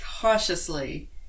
cautiously